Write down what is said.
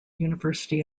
university